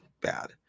bad